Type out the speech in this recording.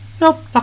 Nope